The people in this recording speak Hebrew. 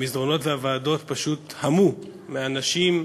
המסדרונות והוועדות פשוט המו מאנשים,